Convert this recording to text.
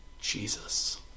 Jesus